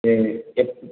சரி எப்